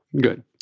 Good